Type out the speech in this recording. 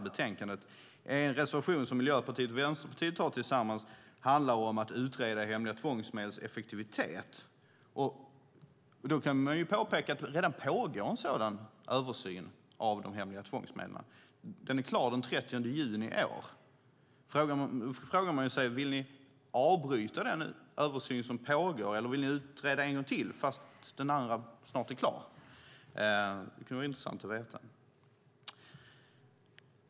En reservation som Miljöpartiet och Vänsterpartiet har tillsammans handlar om att utreda hemliga tvångsmedels effektivitet. Då kan man påpeka att det redan pågår en sådan översyn av de hemliga tvångsmedlen. Den blir klar den 30 juni i år. Då frågar man sig: Vill ni avbryta den översyn som pågår, eller vill ni att frågan ska utredas en gång till fast den andra utredningen snart är klar? Det kan vara intressant att veta.